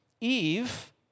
Eve